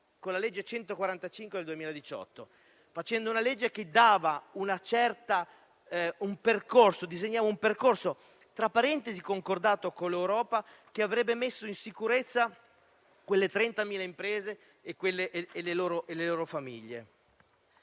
con la legge n. 145 del 2018, che disegnava un percorso, concordato con l'Europa, che avrebbe messo in sicurezza quelle 30.000 imprese e le loro famiglie.